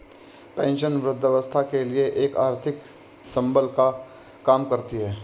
pension वृद्धावस्था के लिए एक आर्थिक संबल का काम करती है